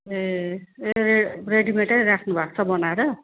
ए रे रेडिमेटै राख्नु भएको छ बनाएर